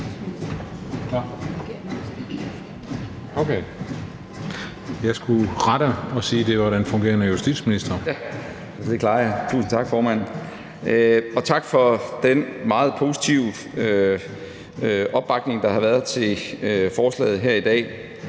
tak for den meget positive opbakning, der har været til forslaget her i dag.